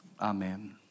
amen